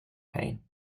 pain